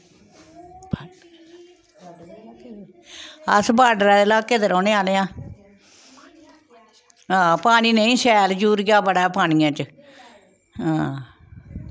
अस बार्ड़रा दे लाके दे रौह्ने आह्ले आं हां पानी नेईं शैल जूरिया बड़ा ऐ पानी च हां